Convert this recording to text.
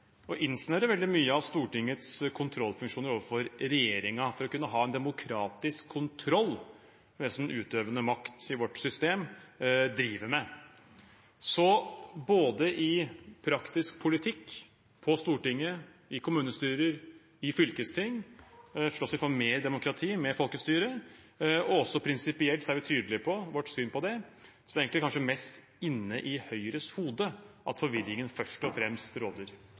veldig mye av Stortingets kontrollfunksjoner overfor regjeringen for å kunne ha en demokratisk kontroll med det som den utøvende makt i vårt system driver med. Så både i praktisk politikk, på Stortinget, i kommunestyrer, i fylkesting, slåss vi for mer demokrati, mer folkestyre, og også prinsipielt er vi tydelige på vårt syn på det. Så det er egentlig kanskje mest inne i Høyres hode forvirringen først og fremst råder.